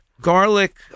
Garlic